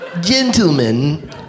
gentlemen